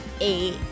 Eight